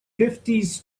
fifties